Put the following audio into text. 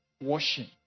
washing